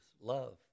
Love